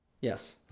Yes